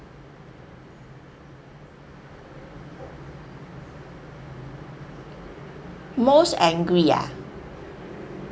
most angry ah